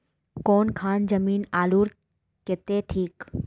कौन खान जमीन आलूर केते ठिक?